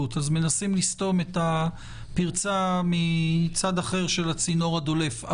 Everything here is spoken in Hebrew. אז מנסים לחסום את הפרצה מצד אחר של הצינור הדולף.